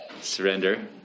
Surrender